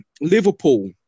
Liverpool